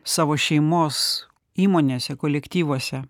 savo šeimos įmonėse kolektyvuose